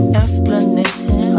explanation